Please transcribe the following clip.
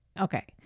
Okay